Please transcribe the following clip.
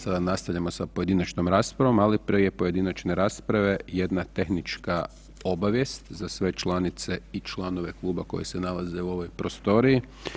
Sada nastavljamo sa pojedinačnom raspravom, ali prije pojedinačne rasprave jedna tehnička obavijest za sve članice i članove kluba koji se nalaze u ovoj prostoriji.